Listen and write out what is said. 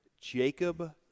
Jacob